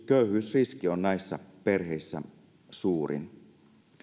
köyhyysriski on näissä perheissä suurin